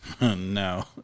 No